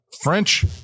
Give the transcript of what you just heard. French